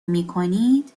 میکنید